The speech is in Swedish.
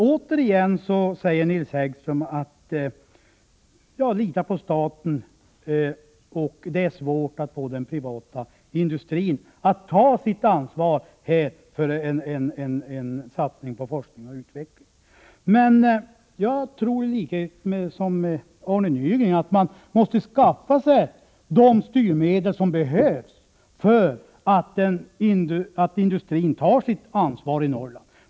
Återigen säger nämligen Nils Häggström att man skall lita på staten och att det är svårt att få den privata industrin att ta sitt ansvar för en satsning på forskning och utveckling. I likhet med Arne Nygren tror jag att man måste skaffa sig de styrmedel som behövs för att industrin skall ta sitt ansvar i Norrland.